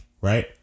right